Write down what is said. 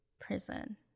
prison